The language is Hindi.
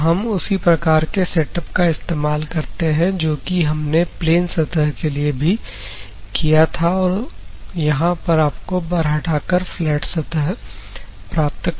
तो हम उसी प्रकार के सेटअप का इस्तेमाल करते हैं जो कि हमने प्लेन सतह के लिए भी किया था और यहां पर आपको बर हटाकर फ्लैट सतह प्राप्त करनी है